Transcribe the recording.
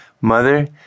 Mother